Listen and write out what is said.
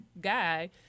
guy